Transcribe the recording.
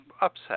upset